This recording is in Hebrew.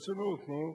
ברצינות, נו.